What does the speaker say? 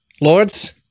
lords